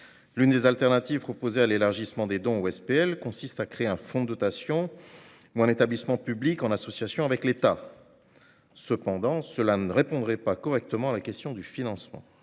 L'une des alternatives proposées à l'élargissement des dons aux sociétés publiques locales consiste à créer un fonds de dotation ou un établissement public en association avec l'État. Pour autant, cela ne répondrait pas correctement à la question du financement